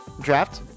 Draft